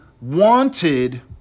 Wanted